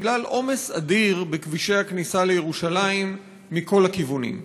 בגלל עומס אדיר בכבישי הכניסה לירושלים מכל הכיוונים.